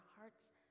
hearts